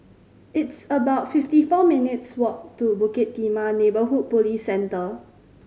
it's about fifty four minutes' walk to Bukit Timah Neighbourhood Police Center